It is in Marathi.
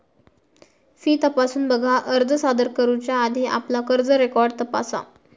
फी तपासून बघा, अर्ज सादर करुच्या आधी आपला कर्ज रेकॉर्ड तपासा